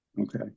okay